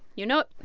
you know